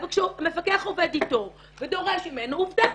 אבל כשמפקח עובד איתו ודורש ממנו עובדה,